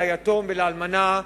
ליתום ולאלמנה.